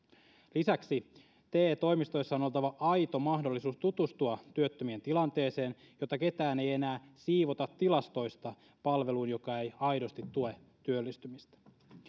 lisäksi te toimistoissa on oltava aito mahdollisuus tutustua työttömien tilanteeseen jotta ketään ei enää siivota tilastoista palveluun joka ei aidosti tue työllistymistä